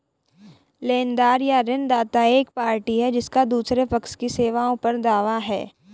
लेनदार या ऋणदाता एक पार्टी है जिसका दूसरे पक्ष की सेवाओं पर दावा है